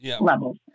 levels